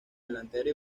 delantero